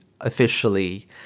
officially